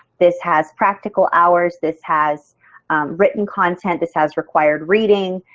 this has practical hours, this has written content, this has required reading,